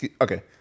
okay